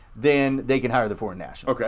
then they can hire the foreign national. yeah